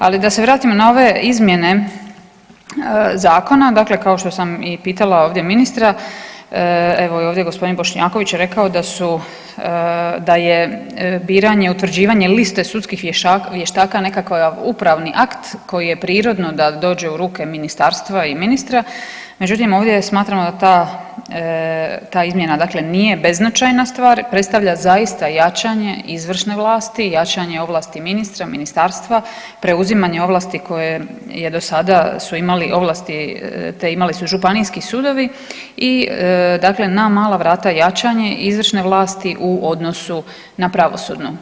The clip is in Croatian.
Ali, da se vratimo na ove izmjene zakona, dakle kao što sam i pitala ovdje ministra, evo i ovdje je g. Bošnjaković rekao da su, da je biranje i utvrđivanje liste sudskih vještaka nekakav upravni akt koji je prirodno da dođe u ruke ministarstva i ministra, međutim, ovdje smatramo da ta, ta izmjena dakle nije beznačajna stvar, predstavlja jačanje izvršne vlasti, jačanje ovlasti ministra, ministarstva, preuzimanje ovlasti koje je do sada su imali ovlasti te, imali su županijski sudovi i dakle na mala vrata jačanje izvršne vlasti u odnosu na pravosudnu.